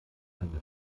eine